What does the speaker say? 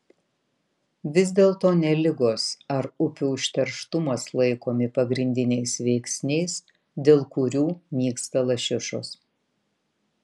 vis dėlto ne ligos ar upių užterštumas laikomi pagrindiniais veiksniais dėl kurių nyksta lašišos